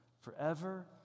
forever